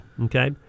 okay